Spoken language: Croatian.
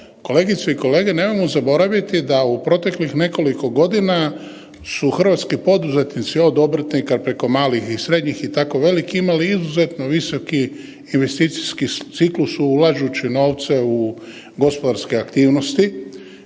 kolegice i kolege nemojmo zaboraviti da u proteklih nekoliko godina su hrvatski poduzetnici od obrtnika preko malih i srednjih i tako veliki imali izuzetno visoki investicijski ciklus ulažući novce u gospodarske aktivnosti.